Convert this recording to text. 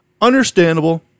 understandable